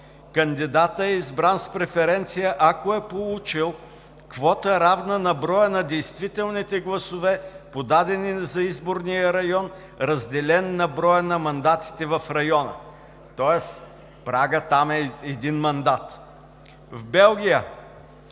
кандидатът е избран с преференция, ако е получил квота, равна на броя на действителните гласове, подадени за изборния район, разделен на броя на мандатите в района, тоест прагът там е един мандат. В Белгия